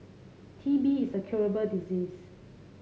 T B is a curable disease